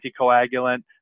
anticoagulant